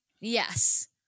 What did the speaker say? Yes